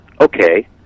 Okay